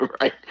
right